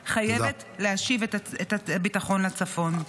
מדינת ישראל חייבת להשיב את הביטחון לצפון.